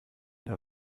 der